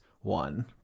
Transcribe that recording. one